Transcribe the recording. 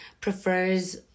prefers